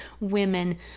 women